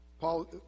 Paul